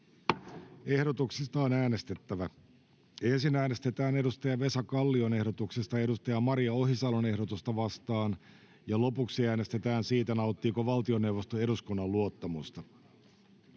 Selonteko ruotsiksi. Ensin äänestetään edustaja Vesa Kallion ehdotuksesta edustaja Maria Ohisalon ehdotusta vastaan ja lopuksi äänestetään siitä, nauttiiko valtioneuvosto eduskunnan luottamusta.